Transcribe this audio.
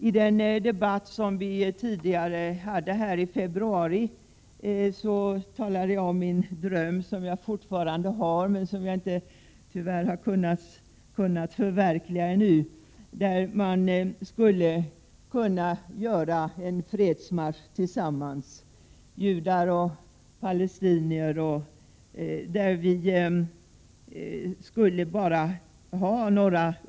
I debatten i februari talade jag om den dröm som jag fortfarande har, men som jag tyvärr inte har kunnat förverkliga än, nämligen att judar och palestinier tillsammans skulle göra en fredsmarsch.